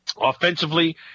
offensively